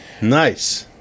Nice